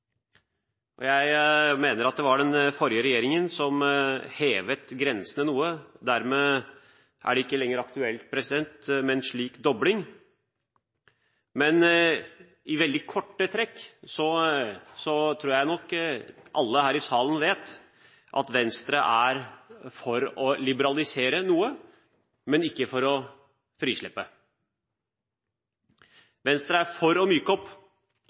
prisgrensene. Jeg mener at det var den forrige regjeringen som hevet grensene noe. Dermed er det ikke lenger aktuelt med en slik dobling. I veldig korte trekk tror jeg nok alle her i salen vet at Venstre er for å liberalisere noe, men ikke for å frislippe. Venstre er for å myke opp.